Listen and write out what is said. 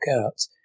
out